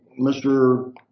Mr